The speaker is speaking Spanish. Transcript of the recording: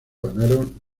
ganaron